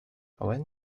when